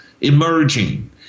emerging